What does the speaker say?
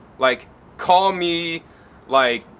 like call me like